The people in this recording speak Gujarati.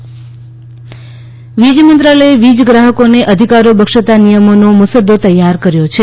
વીજ મંત્રાલય વીજ મંત્રાલય વીજ ગ્રાહકોને અધિકારો બક્ષતા નિયમોનો મુસદ્દો તૈયાર કર્યો છે